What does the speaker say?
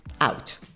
out